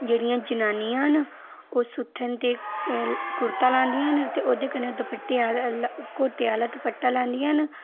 जेह्ड़ियां जनानियां न ओह सुत्थन ते कुर्ता लांदियां न ओह्दे कन्नै दुपट्टे कोटे आह्ला दुपट्टा लांदियां न